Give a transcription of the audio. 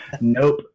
Nope